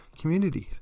communities